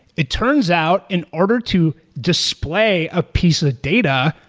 it turns out in order to display a piece of data,